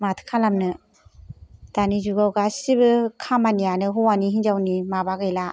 माथो खालामनो दानि जुगाव गासैबो खामानियानो हौवानि हिनजावनि माबा गैला